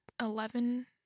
eleven